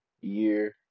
year